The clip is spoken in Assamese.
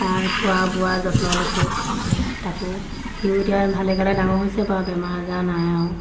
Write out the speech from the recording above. তাৰ খোৱা বোৱা যত্ন লৈছোঁ তাকো সিও এতিয়া ভালে কালে ডাঙৰ হৈছে বাৰু বেমাৰ আজাৰ নাই আৰু